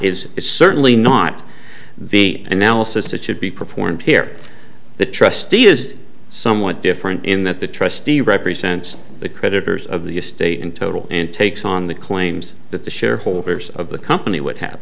is certainly not the analysis that should be performed here the trustee is somewhat different in that the trustee represents the creditors of the estate in total and takes on the claims that the shareholders of the company would have